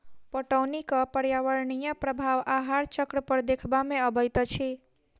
पटौनीक पर्यावरणीय प्रभाव आहार चक्र पर देखबा मे अबैत अछि